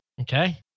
Okay